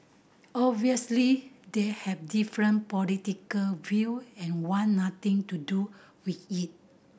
obviously they have different political view and want nothing to do with it